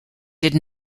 did